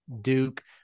Duke